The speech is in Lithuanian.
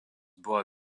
buvo